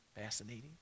fascinating